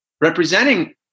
representing